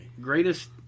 greatest